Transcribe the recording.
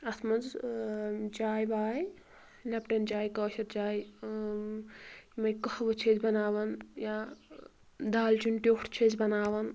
اتھ منٛز ٲں چاے واے لیٚپٹن چاے کٲشٕر چاے ٲں یِمٔے قٔہوٕ چھِ أسۍ بناوان یا ٲں دالہٕ چیٖن ٹیٛوٹھ چھِ أسۍ بناوان